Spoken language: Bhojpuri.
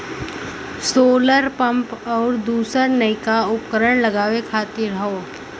सोलर पम्प आउर दूसर नइका उपकरण लगावे खातिर हौ